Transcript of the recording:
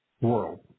world